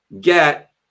get